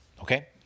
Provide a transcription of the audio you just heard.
Okay